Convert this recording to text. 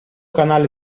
canale